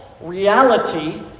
reality